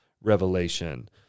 revelation